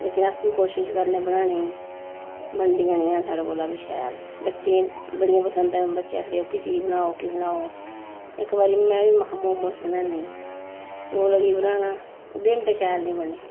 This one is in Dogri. लेकिन अस फ्ही कोशिश करने बनाने बनदियां नी हैन फ्ही साढ़े कोला शैल बच्चे बड़ियां पंसद न बच्चे आखदे ओह्की चीज बनाओ ओह्की बनाओ इक बारी में बी महां मोमोस बनानी ओह् लगी बनाना ओह् बिंद शैल नी बने